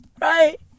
Right